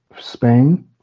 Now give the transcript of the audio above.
Spain